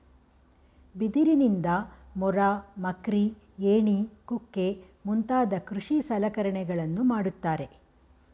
ಬಿದಿರಿನಿಂದ ಮೊರ, ಮಕ್ರಿ, ಏಣಿ ಕುಕ್ಕೆ ಮುಂತಾದ ಕೃಷಿ ಸಲಕರಣೆಗಳನ್ನು ಮಾಡುತ್ತಾರೆ